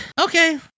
okay